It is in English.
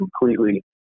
completely